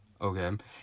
Okay